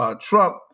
Trump